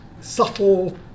subtle